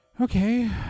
Okay